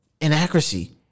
inaccuracy